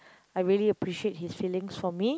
I really appreciate his feelings for me